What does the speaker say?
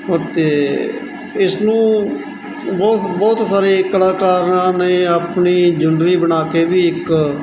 ਅਤੇ ਇਸ ਨੂੰ ਬਹੁਤ ਬਹੁਤ ਸਾਰੇ ਕਲਾਕਾਰਾਂ ਨੇ ਆਪਣੀ ਜੁੰਡਲੀ ਬਣਾ ਕੇ ਵੀ ਇੱਕ